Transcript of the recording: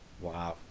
Wow